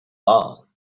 ball